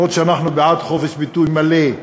אומנם אנחנו בעד חופש ביטוי מלא,